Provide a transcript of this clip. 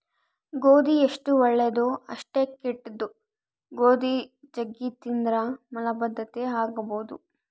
ಗೋಧಿ ಎಷ್ಟು ಒಳ್ಳೆದೊ ಅಷ್ಟೇ ಕೆಟ್ದು, ಗೋಧಿ ಜಗ್ಗಿ ತಿಂದ್ರ ಮಲಬದ್ಧತೆ ಆಗಬೊದು